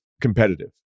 competitive